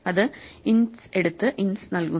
അതു ints എടുത്ത് ints നൽകുന്നു